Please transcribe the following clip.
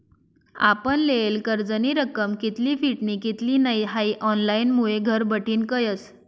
आपण लेयेल कर्जनी रक्कम कित्ली फिटनी कित्ली नै हाई ऑनलाईनमुये घरबठीन कयस